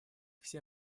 все